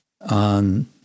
on